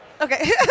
Okay